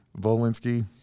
Volinsky—